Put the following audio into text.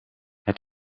het